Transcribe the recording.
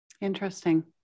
Interesting